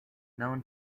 known